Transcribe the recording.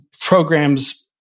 programs